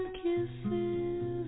kisses